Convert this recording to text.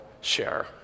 share